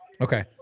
Okay